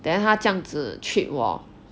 then 他这样子 treat war